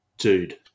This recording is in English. dude